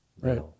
right